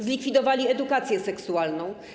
Zlikwidowali edukację seksualną.